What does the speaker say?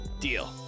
Deal